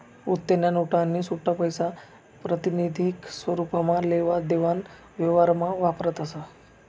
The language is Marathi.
आत्तेन्या नोटा आणि सुट्टापैसा प्रातिनिधिक स्वरुपमा लेवा देवाना व्यवहारमा वापरतस